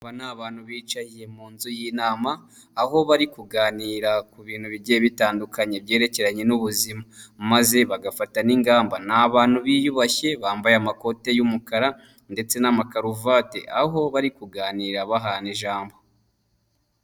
Aba ni abantu bicaye mu nzu y'inama, aho bari kuganira ku bintu bigiye bitandukanye byerekeranye n'ubuzima, maze bagafata n'ingamba, ni abantu biyubashye bambaye amakote y'umukara ndetse n'amakaruvati, aho bari kuganira bahana ijambo.